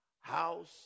house